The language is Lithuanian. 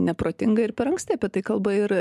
neprotinga ir per anksti apie tai kalba ir